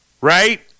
right